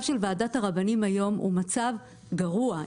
של ועדת הרבנים היום הוא מצב גרוע.